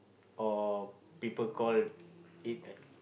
or people call it a